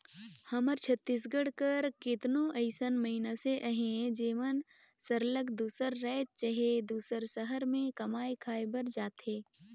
हमर छत्तीसगढ़ कर केतनो अइसन मइनसे अहें जेमन सरलग दूसर राएज चहे दूसर सहर में कमाए खाए बर जाथें